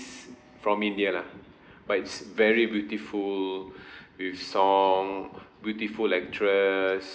from india lah but it's very beautiful with song beautiful actress